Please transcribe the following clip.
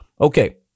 Okay